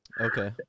Okay